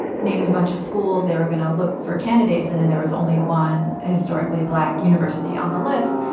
named a bunch of schools. they're going to look for candidates and and there is only one historically black university on the list.